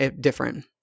different